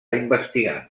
investigant